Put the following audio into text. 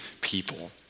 people